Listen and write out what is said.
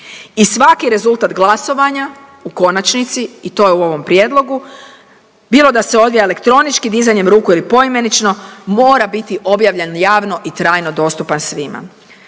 I svaki rezultat glasovanja, u konačnici i to je u ovom prijedlogu, bilo da se odvija elektronički, dizanjem ruku ili poimenično mora biti objavljen javno i trajno dostupan svima.